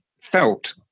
felt